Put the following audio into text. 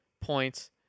points